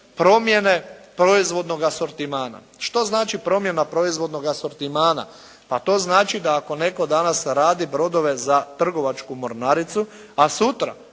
promjene proizvodnog asortimana. Što znači promjena proizvodnog asortimana? Pa to znači ako neko danas radi brodove za trgovačku mornaricu, a sutra